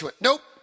nope